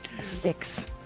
Six